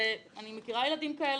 אני מכירה ילדים כאלה,